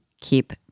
keep